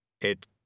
It